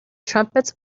trumpets